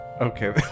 Okay